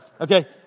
Okay